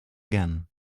again